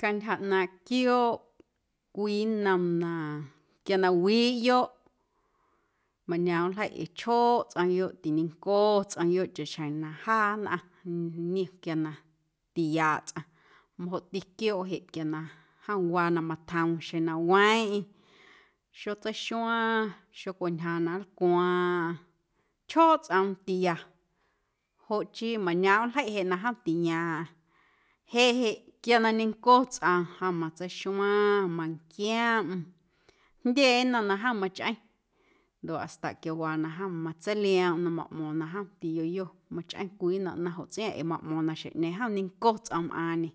Cantyja ꞌnaaⁿꞌ quiooꞌ cwii nnom na quiaa na wiiꞌyoꞌ mañoomꞌ nljeiꞌ ee chjooꞌ tsꞌomyoꞌ, tiñenco tsꞌomyoꞌ chaꞌxjeⁿ na jaa nnꞌaⁿ niom quiaa na tiyaaꞌ tsꞌaⁿ majoꞌti quiooꞌ jeꞌ quia na jom waa na matjoom xeⁿ na weeⁿꞌeⁿ xotseixuaⁿ, xocwintyjaaⁿ na nlcwaaⁿꞌaⁿ, chjooꞌ tsꞌoom tiya joꞌ chii mañoomꞌ ljeiꞌ jeꞌ na jom tiyaaⁿꞌaⁿ jeꞌ jeꞌ quia na ñenco tsꞌoom jom matseixmaⁿ, manquioomꞌm jndye nnom na jom machꞌeⁿ ndoꞌ hasta quiawaa na jom matseilioomꞌm na maꞌmo̱o̱ⁿ na jom tiyoyo machꞌeⁿ cwii nnom ꞌnaⁿ joꞌ tsꞌiaaⁿꞌ ee maꞌmo̱o̱ⁿ na xjeⁿꞌñeeⁿ jom ñenco tsꞌoom mꞌaaⁿñe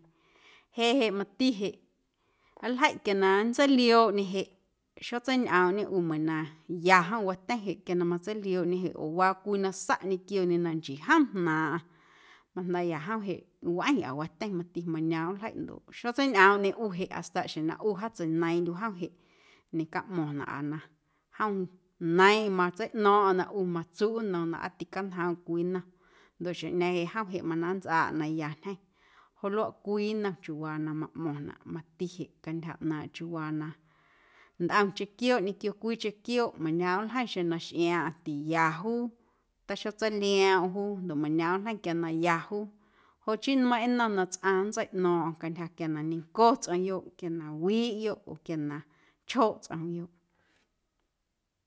jeꞌ jeꞌ mati jeꞌ nljeiꞌ quia na nntseiliooꞌñe jeꞌ xotseiñꞌoomꞌñe ꞌu meiiⁿna ya jom watyeⁿ jeꞌ quia na matseiliooꞌñe jeꞌ oo waa cwii na saꞌ ñequioñe na nchii jom jnaaⁿꞌaⁿ majndaaꞌya jom jeꞌ wꞌeⁿꞌa watyeⁿ mati mañoomꞌ nljeiꞌ ndoꞌ xotseiñꞌoomꞌñe u jeꞌ hasta xjeⁿ na ꞌu wjaatseineiiⁿꞌndyuꞌ jom jeꞌ ñecaꞌmo̱ⁿnaꞌa na jom neiiⁿꞌeiⁿ matseiꞌno̱o̱ⁿꞌo̱ⁿ na ꞌu matsuꞌ nnom na aa ticañjoomꞌ cwii nnom ndoꞌ xjeⁿꞌñeeⁿ jeꞌ jom mana nntsꞌaa na ya ntyjeⁿ joꞌ luaꞌ cwii nnom chiuwaa na maꞌmo̱ⁿnaꞌ mati cantyja ꞌnaaⁿꞌ chiuuwaa na ntꞌomcheⁿ quiooꞌ ñequio cwiicheⁿ quiooꞌ mañoomꞌ nljeiⁿ xeⁿ na xꞌiaaⁿꞌaⁿ tiya juu taxotseilioomꞌm juu ndoꞌ mañoomꞌ nljeiⁿ quia na ya juu joꞌ chii nmeiⁿꞌ nnom na tsꞌaⁿ nntseiꞌno̱o̱ⁿꞌo̱ⁿ cantyja quia na ñenco tsꞌomyoꞌ, quia na wiiꞌyoꞌ oo quia na chjooꞌ tsꞌomyoꞌ.